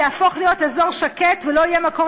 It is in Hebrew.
יהפוך להיות אזור שקט ולא יהיה מקור